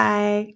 Bye